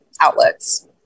outlets